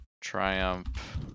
Triumph